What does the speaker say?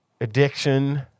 addiction